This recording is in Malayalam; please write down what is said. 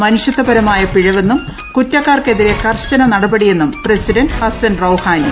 മനുഷൃത്യപരമായ പിഴവെന്നും കുറ്റക്കാർക്കെതിരെ കർശന നടപടിയെന്നും പ്രസിഡന്റ് ഹസൻ റൌഹാനി